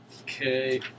Okay